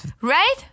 Right